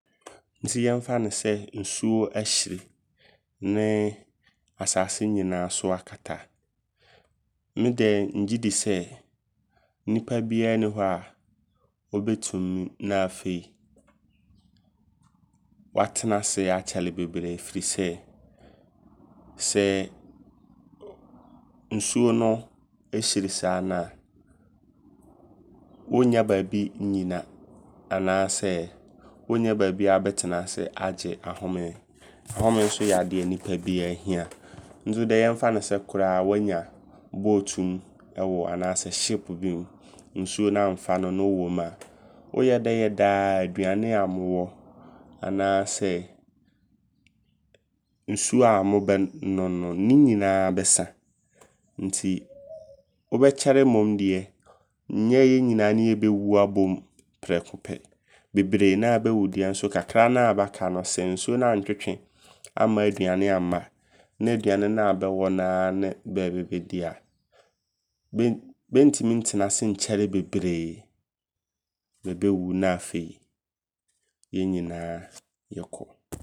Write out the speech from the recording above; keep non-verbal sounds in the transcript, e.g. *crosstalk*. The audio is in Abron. Nti yɛmfa no sɛ nsuo ahyiri. Nee asaase nyinaa so akata. Medɛ ngyedi sɛ nnipa biaa nni hɔ a ɔbɛtim na afei watenase akyɛre bebree. Firi sɛ, sɛ nsuo no ɛhyiri saa na wonnya baabi nnyina. Anaasɛ wonnya baabi a wobɛtena se agye ahome. *noise* Home nso yɛ adea nnipa biaa hia. Nti ɔdɛ yɛmfa no sɛ koraa wanya boatumu ɛwɔ anaa sɛ shipo bi mu nsuo no amfa no Ne wowɔm a, woyɛdɛ yɛdɛa aduane a mowɔ anaasɛ nsuo a mobɛnom no ne nyinaa bɛsa. Nti wobɛkyɛre mmom deɛ. Nyɛ yɛ nyinaa ne yɛbɛwu abom prɛko pɛ. Bebree naa bɛwu deɛ nso kakraa naa bɛ aka no sɛ nsuo no antwetwe amma aduane amma. Ne aduane naa bɛwɔ noaa ne bɛ bɛbɛdi a bɛntimi ntenase nkyɛre bebree. Bɛ bɛwu na afei yɛ nyinaa yɛkɔ.